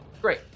Great